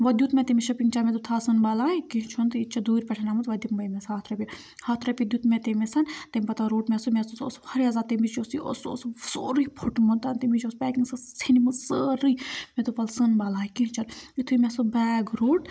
وۄنۍ دیُت مےٚ تٔمِس شِپِنٛگ چارج مےٚ دوٚپ تھاو ژھٕن بَلاے کینٛہہ چھُنہٕ تہٕ یہِ تہٕ چھِ دوٗرِ پٮ۪ٹھ آمُت وۄنۍ دِمہٕ بہٕ أمِس ہَتھ رۄپیہِ ہَتھ رۄپیہِ دیُت مےٚ تٔمِس تٔمۍ پَتہٕ روٚٹ مےٚ سُہ مےٚ سُہ اوس واریاہ زیادٕ تَمِچ یۄس یہِ اوس سُہ اوس سورُے پھُٹمُت تَمِچ یۄس پیکِنٛگ سُہ ٲس ژھیٚنمٕژ سٲرٕے مےٚ دوٚپ وَلہٕ ژھٕن بَلاے کینٛہہ چھُنہٕ یُتھُے مےٚ سُہ بیگ روٚٹ